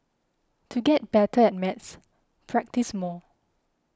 to get better at maths practise more